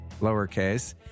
lowercase